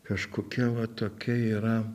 kažkokia va tokia yra